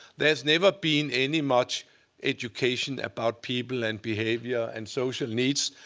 there's never been any much education about people and behavior and social needs.